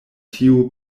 tiu